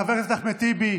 חבר הכנסת אחמד טיבי,